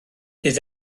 bydd